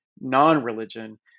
non-religion